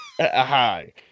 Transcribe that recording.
Hi